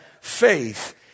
faith